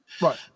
right